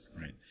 right